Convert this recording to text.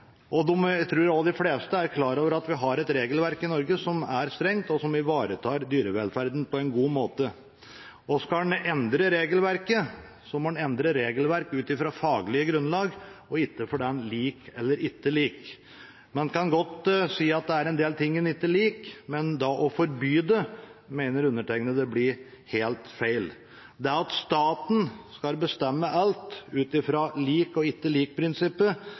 og de vil gjerne ha kylling. Jeg tror også de fleste er klar over at vi har et regelverk i Norge som er strengt, og som ivaretar dyrevelferden på en god måte. Skal en endre regelverket, må en endre regelverket ut fra et faglig grunnlag og ikke fordi en liker eller ikke liker det. Man kan godt si at det er en del en ikke liker, men å forby det mener undertegnede blir helt feil. At staten skal bestemme alt ut